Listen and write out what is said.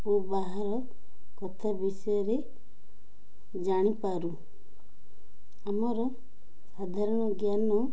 ଓ ବାହାର କଥା ବିଷୟରେ ଜାଣିପାରୁ ଆମର ସାଧାରଣ ଜ୍ଞାନ